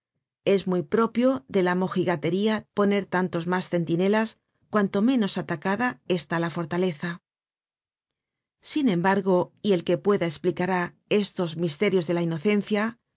es muy propio de la mojigatería poner tantos mas centinelas cuanto menos atacada está la fortaleza sin embargo y el que pueda esplicará estos misterios de la inocencia